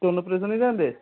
stone operation ହେଇଥାନ୍ତେ